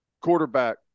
Quarterback